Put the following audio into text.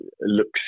looks